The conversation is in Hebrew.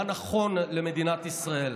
מה נכון למדינת ישראל,